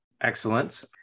Excellent